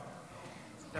הודעה.